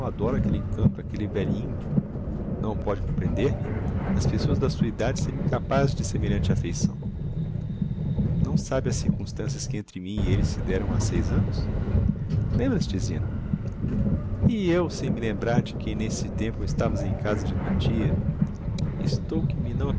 adoro aquelle encanto aquelle vélhinho não pode comprehender me as pessoas da sua edade seriam incapazes de semelhante affeição não sabe as circumstancias que entre mim e elle se deram ha seis annos lembras-te zina e eu sem me lembrar de que n'esse tempo estavas em casa de tua tia estou que me